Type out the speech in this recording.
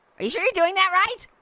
are you sure you're doing that right?